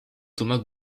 thomas